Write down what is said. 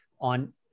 on